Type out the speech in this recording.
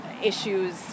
issues